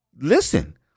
listen